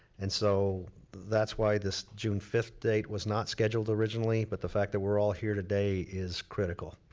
and so that's why this june fifth date was not scheduled originally, but the fact that we're all here today is critical.